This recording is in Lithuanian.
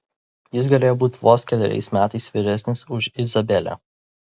jis galėjo būti vos keleriais metais vyresnis už izabelę